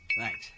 Thanks